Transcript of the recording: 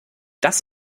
das